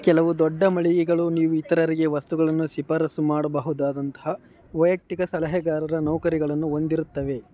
ಕೆಲವು ದೊಡ್ಡ ಮಳಿಗೆಗಳು ನೀವು ಇತರರಿಗೆ ವಸ್ತುಗಳನ್ನು ಶಿಫಾರಸು ಮಾಡಬಹುದಾದಂತಹ ವೈಯಕ್ತಿಕ ಸಲಹೆಗಾರರ ನೌಕರಿಗಳನ್ನು ಹೊಂದಿರುತ್ತವೆ